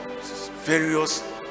various